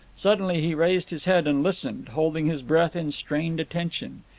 suddenly he raised his head and listened, holding his breath in strained attention.